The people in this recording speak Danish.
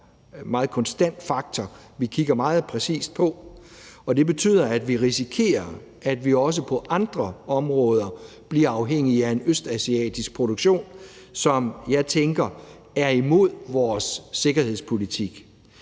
stor og meget konstant faktor, vi kigger meget præcist på, og det betyder, at vi også på andre områder risikerer at blive afhængig af en østasiatisk produktion, som jeg tænker er imod vores sikkerhedspolitik.